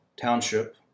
township